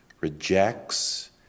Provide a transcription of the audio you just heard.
rejects